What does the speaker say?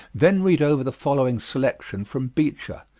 then read over the following selection from beecher,